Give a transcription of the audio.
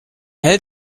hält